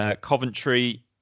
Coventry